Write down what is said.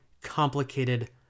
complicated